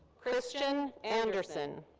christian anderson.